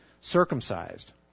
circumcised